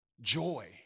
joy